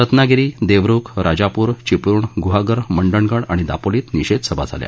रत्नागिरी देवरूख राजापूर चिपळूण गुहागर मंडणगड आणि दापोलीत निषेध सभा झाल्या